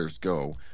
go